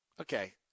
Okay